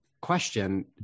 question